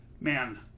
Man